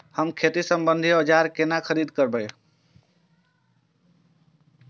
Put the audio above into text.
हम खेती सम्बन्धी औजार केना खरीद करब?